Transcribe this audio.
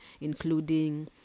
including